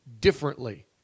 differently